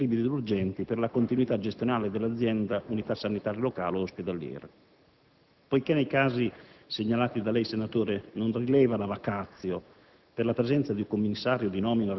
con il compito di provvedere agli atti indifferibili ed urgenti per la continuità gestionale dell'azienda unità sanitaria locale o ospedaliera». Poiché nei casi segnalati da lei, senatore Battaglia, non rileva la *vacatio*,